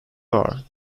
are